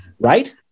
right